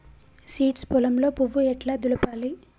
Seeds పొలంలో పువ్వు ఎట్లా దులపాలి?